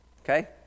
Okay